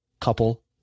couple